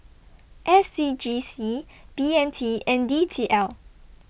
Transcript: S C G C B M T and D T L